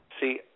see